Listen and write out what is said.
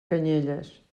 canyelles